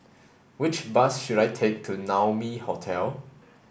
which bus should I take to Naumi Hotel